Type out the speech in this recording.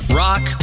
rock